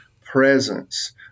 presence